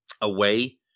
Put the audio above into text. away